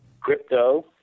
Crypto